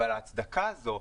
אבל ההצדקה הזו,